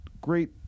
great